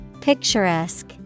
Picturesque